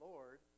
Lord